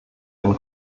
ein